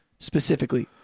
Specifically